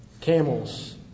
camels